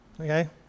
Okay